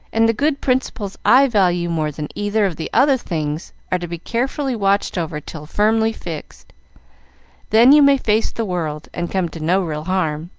and the good principles i value more than either of the other things are to be carefully watched over till firmly fixed then you may face the world, and come to no real harm.